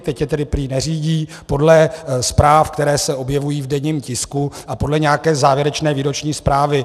Teď je tedy prý neřídí podle zpráv, které se objevují v denním tisku a podle nějaké závěrečné výroční zprávy.